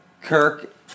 Kirk